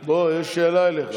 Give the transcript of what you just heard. פריג', בוא, יש שאלה אליך.